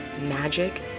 magic